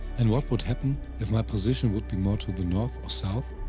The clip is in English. and what would happen, if my position would be more to the north or south?